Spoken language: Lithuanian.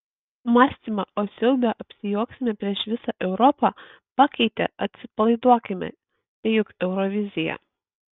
mąstymą o siaube apsijuoksime prieš visą europą pakeitė atsipalaiduokime čia juk eurovizija